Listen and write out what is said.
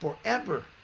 forever